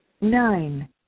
Nine